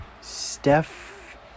Steph